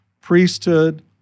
priesthood